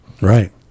Right